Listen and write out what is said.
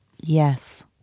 Yes